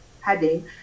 heading